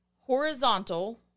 horizontal